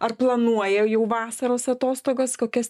ar planuoja jau vasaros atostogas kokias